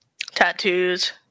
Tattoos